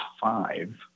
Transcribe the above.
five